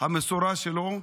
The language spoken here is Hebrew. המסורה שלו,